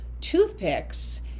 toothpicks